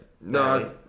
No